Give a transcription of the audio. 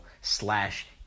slash